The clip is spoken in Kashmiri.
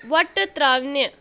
وۄٹہٕ ترٛاوٕنہِ